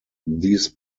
these